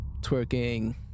twerking